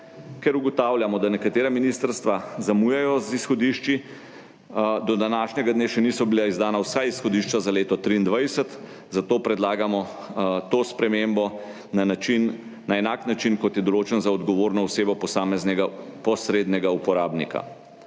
Ker ugotavljamo, da nekatera ministrstva zamujajo z izhodišči, do današnjega dne še niso bila izdana vsa izhodišča za leto 2023, zato predlagamo to spremembo na enak način, kot je določen za odgovorno osebo posameznega posrednega uporabnika.